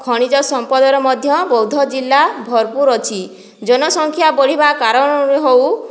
ଖଣିଜ ସମ୍ପଦର ମଧ୍ୟ ବୌଦ୍ଧ ଜିଲ୍ଲା ଭରପୁର ଅଛି ଜନସଂଖ୍ୟା ବଢ଼ିବା କାରଣରୁ ହଉ